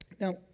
Now